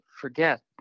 forget